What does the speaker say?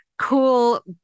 Cool